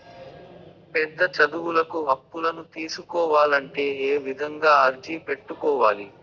పెద్ద చదువులకు అప్పులను తీసుకోవాలంటే ఏ విధంగా అర్జీ పెట్టుకోవాలి?